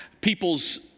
people's